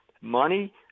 money